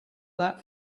that